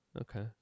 Okay